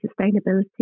sustainability